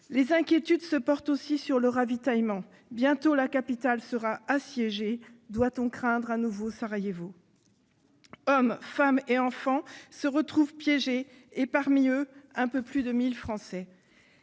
Les inquiétudes se portent aussi sur le ravitaillement. Bientôt, la capitale sera assiégée. Doit-on craindre un nouveau Sarajevo ? Hommes, femmes et enfants se retrouvent piégés, parmi lesquels un peu plus de 1 000 Français.